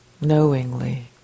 knowingly